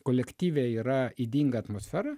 kolektyve yra ydinga atmosfera